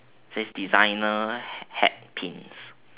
says designer hat pins